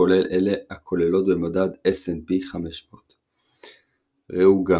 כולל אלה הכלולות במדד S&P 500. ראו גם